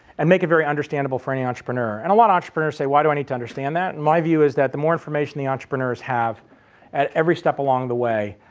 and make it very understandable for any entrepreneur. and a lot of entrepreneurs say why do i need to understand that and my view is that the more information the entrepreneurs have at every step along the way,